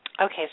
okay